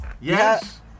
yes